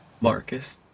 Marcus